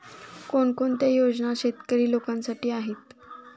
कोणकोणत्या योजना शेतकरी लोकांसाठी आहेत?